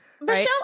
Michelle